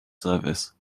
service